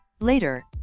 later